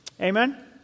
Amen